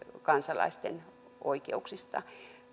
kansalaisten oikeuksista